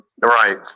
Right